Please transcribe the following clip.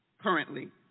currently